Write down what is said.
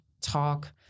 talk